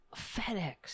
FedEx